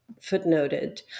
footnoted